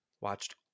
watched